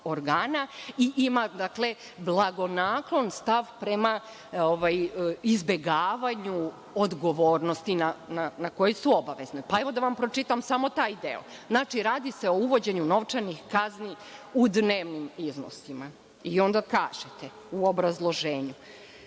i ima blagonaklon stav prema izbegavanju odgovornosti na koji su obavezne. Evo da vam pročitam samo taj deo. Znači, radi se o uvođenju novčanih kazni u dnevnim iznosima, onda kažete u obrazloženju